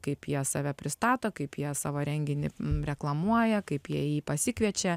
kaip jie save pristato kaip jie savo renginį reklamuoja kaip jie į jį pasikviečia